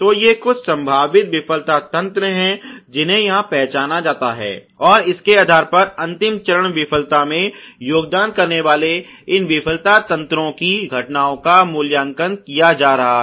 तो ये कुछ संभावित विफलता तंत्र हैं जिन्हें यहां पहचाना जाता है और इसके आधार पर अंतिम चरण विफलता में योगदान करने वाले इन विफलता तंत्रों की घटनाओं का मूल्यांकन यहां किया जा रहा है